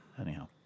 anyhow